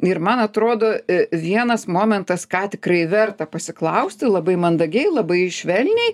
ir man atrodo vienas momentas ką tikrai verta pasiklausti labai mandagiai labai švelniai